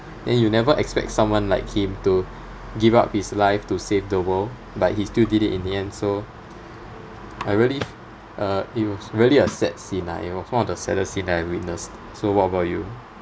and you never expect someone like him to give up his life to save the world but he still did it in the end so I really uh it was really a sad scene lah it was one of the saddest scene I have witnessed so what about you